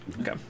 Okay